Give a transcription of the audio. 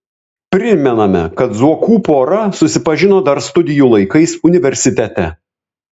primename kad zuokų pora susipažino dar studijų laikais universitete